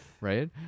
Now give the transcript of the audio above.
Right